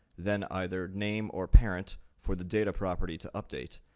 then either name or parent for the data property to update,